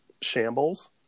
shambles